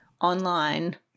online